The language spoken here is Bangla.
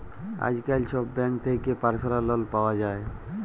আইজকাল ছব ব্যাংক থ্যাকে পার্সলাল লল পাউয়া যায়